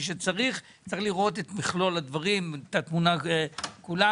צריך לראות את מכלול הדברים ואת התמונה כולה.